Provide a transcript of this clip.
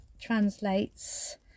translates